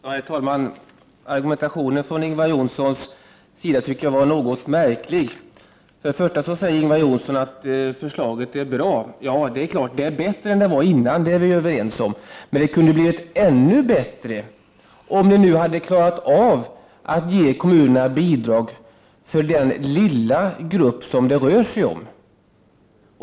Herr talman! Argumentationen från Ingvar Johnssons sida tycker jag var något märklig. Först och främst säger Ingvar Johnsson att förslaget är bra. Det är klart att det är bättre än det tidigare, det är vi överens om. Men det kunde ha blivit ännu bättre om kommunerna hade kunnat få bidrag för den lilla grupp som det rör sig om.